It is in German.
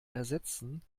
ersetzen